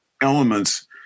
elements